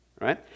right